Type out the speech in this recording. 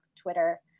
Twitter